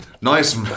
Nice